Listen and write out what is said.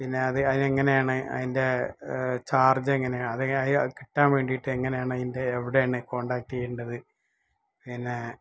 പിന്നെ അതിനെങ്ങനെയാണ് അതിന്റെ ചാര്ജ് എങ്ങനെയാണ് കിട്ടാന് വേണ്ടിയിട്ട് എങ്ങനെയാണ് അതിന്റെ എവിടെയാണ് കോണ്ടാക്റ്റ് ചെയ്യേണ്ടത് പിന്നേ